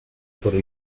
sobre